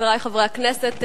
חברי חברי הכנסת,